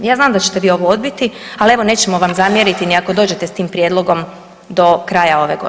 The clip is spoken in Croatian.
Ja znam da ćete vi ovo odbiti, ali evo, nećemo vam zamjeriti ni ako dođete s tim prijedlogom do kraja ove godine.